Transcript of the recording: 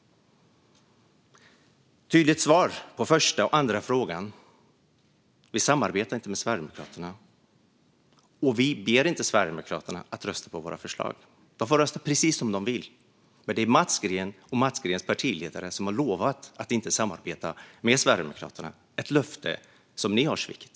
Det är ett tydligt svar på den första och den andra frågan: Vi samarbetar inte med Sverigedemokraterna, och vi ber inte Sverigedemokraterna att rösta på våra förslag. De får rösta precis som de vill. Det är Mats Green och Mats Greens partiledare som har lovat att inte samarbeta med Sverigedemokraterna - ett löfte som ni har svikit.